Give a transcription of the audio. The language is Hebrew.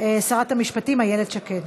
שרת המשפטים איילת שקד.